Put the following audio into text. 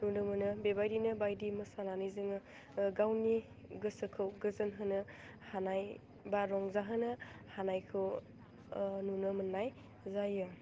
नुनो मोनो बेबायदिनो बायदि मोसानानै जोङो गावनि गोसोखौ गोजोन होनो हानाय बा रंजा होनो हानायखौ नुनो मोन्नाय जायो